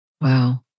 Wow